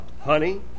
honey